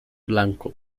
blanco